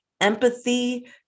empathy